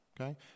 okay